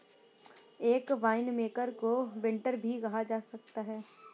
एक वाइनमेकर को विंटनर भी कहा जा सकता है